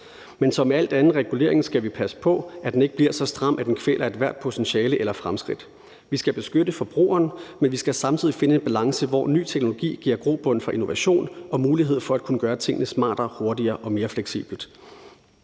anden regulering skal vi passe på, at den ikke bliver så stram, at den kvæler ethvert potentiale eller fremskridt. Vi skal beskytte forbrugeren, men vi skal samtidig finde en balance, hvor ny teknologi giver grobund for innovation og mulighed for at kunne gøre tingene smartere, hurtigere og mere fleksibelt.